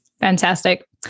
Fantastic